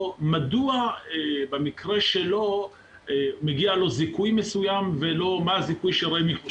מדוע במקרה שלו מגיע לו זיכוי מסוים ולא מה הזיכוי שרמ"י חושב.